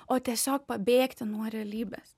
o tiesiog pabėgti nuo realybės